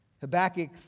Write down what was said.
Habakkuk